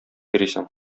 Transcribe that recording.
йөрисең